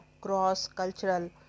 cross-cultural